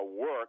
work